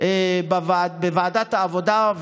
בוועדת העבודה,